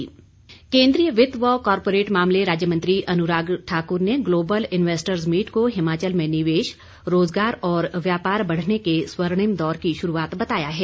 अनुराग ठाकुर केंद्रीय वित्त व कॉरपोरेट मामले राज्य मंत्री अनुराग ठाकुर ने ग्लोबल इंवेस्टर्स मीट को हिमाचल में निवेश रोजगार और व्यापार बढ़ने के स्वर्णिम दौर की शुरूआत बताया है